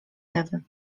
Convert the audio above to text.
ewy